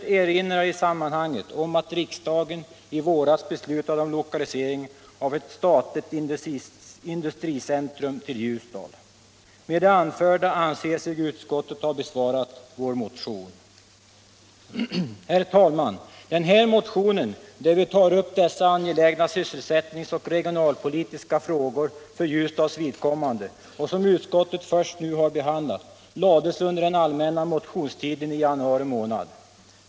Med det anförda anser sig utskottet ha besvarat vår motion. Herr talman! Den här motionen, där vi tar upp dessa angelägna sysselsättnings och regionalpolitiska frågor för Ljusdals vidkommande och som utskottet först nu har behandlat, väcktes under den allmänna motionstiden i januari månad.